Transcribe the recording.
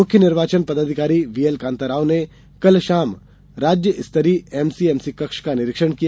मुख्य निर्वाचन पदाधिकारी व्हीएल कान्ता राव ने कल शाम राज्य स्तरीय एमसीएमसी कक्ष का निरीक्षण किया